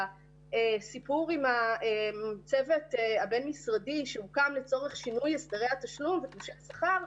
הסיפור על הצוות הבין משרדי שהוקם לצורך שינוי הסדרי התשלום של השכר,